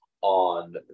on